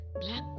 Black